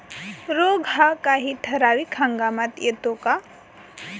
रोग हा काही ठराविक हंगामात येतो का?